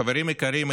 חברים יקרים,